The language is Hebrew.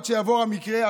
עד שיעבור המקרה,